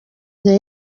the